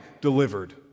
delivered